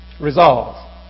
Resolve